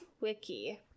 Wiki